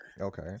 Okay